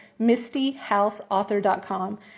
mistyhouseauthor.com